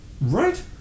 Right